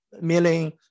million